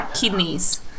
kidneys